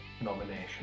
nomination